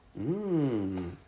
Mmm